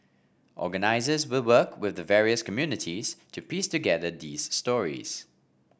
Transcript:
organisers will work with the various communities to piece together these stories